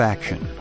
Action